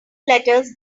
letters